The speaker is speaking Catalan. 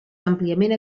àmpliament